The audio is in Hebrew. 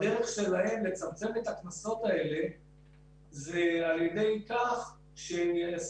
הדרך שלהם לצמצם את הקנסות האלה היא על ידי כך שהם